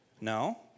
No